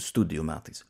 studijų metais